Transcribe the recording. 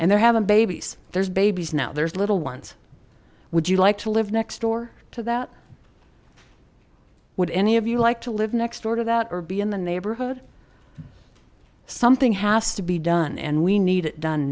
and they're having babies there's babies now there's little ones would you like to live next door to that would any of you like to live next door to that or be in the neighborhood something has to be done and we need it done